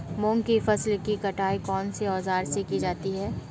मूंग की फसल की कटाई कौनसे औज़ार से की जाती है?